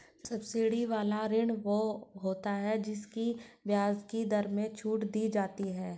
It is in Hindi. सब्सिडी वाला ऋण वो होता है जिसकी ब्याज की दर में छूट दी जाती है